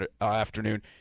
afternoon